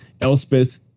Elspeth